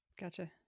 Gotcha